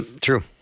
True